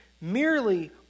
merely